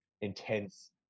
intense